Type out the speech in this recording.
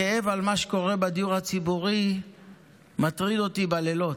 הכאב על מה שקורה בדיור הציבורי מטריד אותי בלילות,